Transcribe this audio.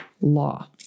law